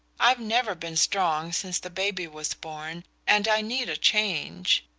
i've never been strong since the baby was born, and i need a change.